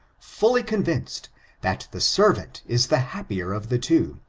fully convinced that the servant is the happier of the two,